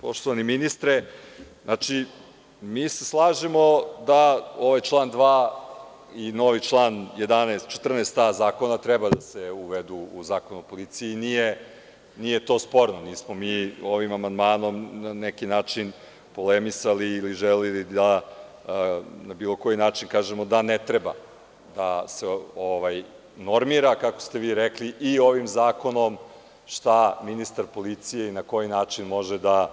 Poštovani ministre, mi se slažemo da ovaj član 2. i novi član 11, 14a zakona treba da se uvedu u Zakon o policiji i nije to sporno, nismo mi ovim amandmanom na neki način polemisali ili želeli da na bilo koji način kažemo da ne treba da se normira, kako ste vi rekli, i ovim zakonom šta ministar policije i na koji način može da